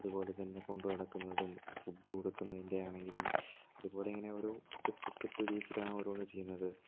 അതുപോലെത്തന്നെ കൊണ്ടു നടക്കുന്നതും ഫുഡ് കൊടുക്കുന്നതിന്റെ ആണെങ്കിലും അതുപോലെ ഇങ്ങനെ ഓരോ സ്റ്റെപ്പ് സ്റ്റെപ്പ് ബേസിലാണ് ഓരോന്ന് ചെയ്യുന്നത്